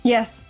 Yes